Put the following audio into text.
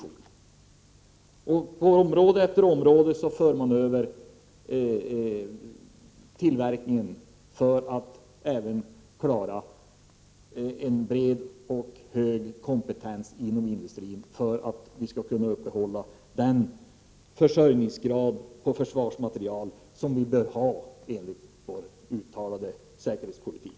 På område efter område för man över tillverkning för att även klara en bred och hög kompetens inom industrin för att vi skall kunna upprätthålla den försörjningsgrad på försvarsmateriel som vi bör ha enligt vår uttalade säkerhetspolitik.